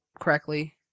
correctly